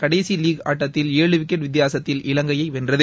கடைசி லீக் ஆட்டத்தில் ஏழு விக்கெட் வித்தியாசத்தில் இவங்கையை வென்றது